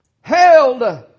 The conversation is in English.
Held